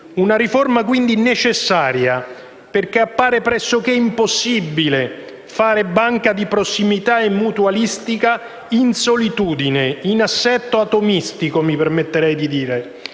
una riforma necessaria, perché appare pressoché impossibile fare banca di prossimità e mutualistica in solitudine (mi permetterei di dire